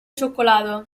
cioccolato